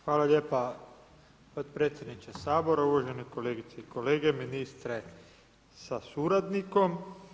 Hvala lijepa, potpredsjedniče Sabora, uvažene kolegice i kolege, ministre sa suradnikom.